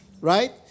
Right